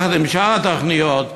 יחד עם שאר התוכניות,